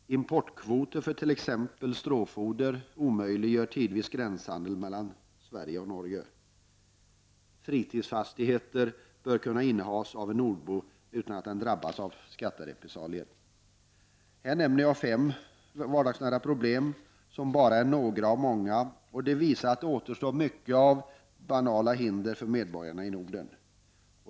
Importkvoter för t.ex. stråfoder omöjliggör tidvis gränshandeln mellan Sverige och Norge. Fritidsfastighet bör kunna innehas av en nordbo utan att denne drabbas av skatterepressalier. Dessa fem vardagsnära problem, som bara är några av många, visar att det återstår mycket av banala hinder för medborgarna i Norden.